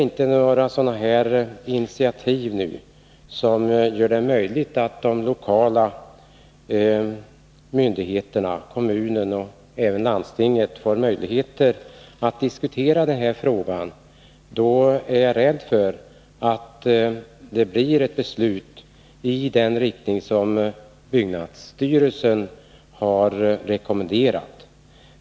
Om inga initiativ tas som gör det möjligt för de lokala myndigheterna, kommunen och även landstinget, att diskutera frågan, är jag rädd för att det blir ett beslut i den riktning som byggnadsstyrelsen har rekommenderat.